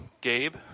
Gabe